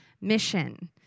mission